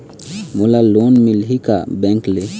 मोला लोन मिलही का बैंक ले?